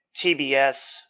TBS